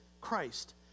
Christ